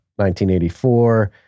1984